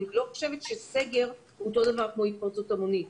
אני לא חושבת שסגר הוא כמו התפרצות המונית.